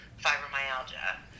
fibromyalgia